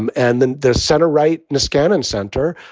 and and then the center right, niskanen center.